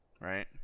right